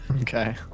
Okay